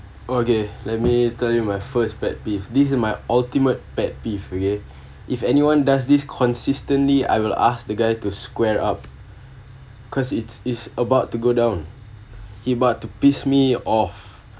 okay let me tell you my first pet peeve this in my ultimate pet peeve okay if anyone does this consistently I will ask the guy to square up cause it’s it's about to go down he about to piss me off